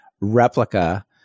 replica